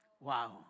Wow